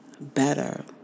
better